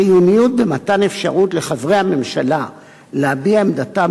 החיוניות במתן אפשרות לחברי הממשלה להביע את עמדתם